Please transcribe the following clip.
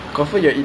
mm